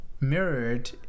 mirrored